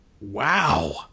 Wow